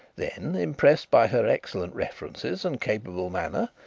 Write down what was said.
then, impressed by her excellent references and capable manner,